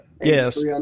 Yes